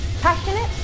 Passionate